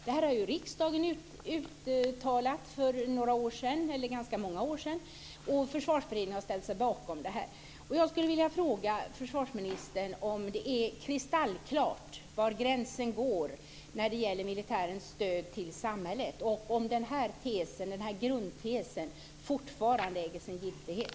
Detta har riksdagen uttalat för ganska många år sedan, och Försvarsberedningen har ställt sig bakom det. Jag skulle vilja fråga försvarsministern om det är kristallklart var gränsen går när det gäller militärens stöd till samhället och om grundtesen fortfarande äger sin giltighet.